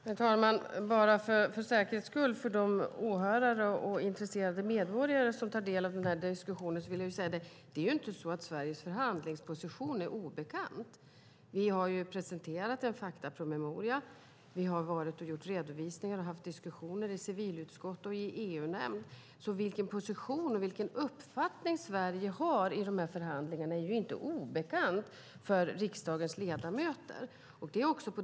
Herr talman! Jag vill bara för säkerhets skull för de åhörare och intresserade medborgare som tar del av den här diskussionen säga att det inte är så att Sveriges förhandlingsposition är obekant. Vi har presenterat en faktapromemoria. Vi har gjort redovisningar och haft diskussioner i civilutskottet och i EU-nämnden. Vilken position och uppfattning Sverige har i förhandlingarna är inte obekant för riksdagens ledamöter.